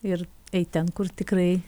ir eit ten kur tikrai